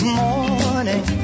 morning